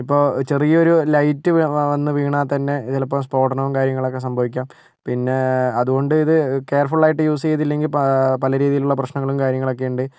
ഇപ്പൊ ചെറിയ ഒരു ലൈറ്റ് വന്ന് വീണാൽ തന്നെ ചിലപ്പോ സ്ഫോടനവും കാര്യങ്ങളൊക്കെ സംഭവിക്കാം പിന്നെ അത് കൊണ്ടിത് കെയർ ഫുള്ളായിട്ട് യൂസ് ചെയ്തില്ലെങ്കിൽ പ പലരീതിയിൽ ഉള്ള പ്രശ്നങ്ങളും കാര്യങ്ങളൊക്കെ ഉണ്ട്